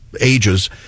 ages